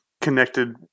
connected